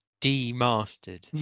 Demastered